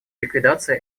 ликвидации